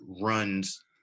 runs